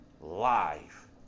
live